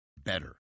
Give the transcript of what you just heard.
Better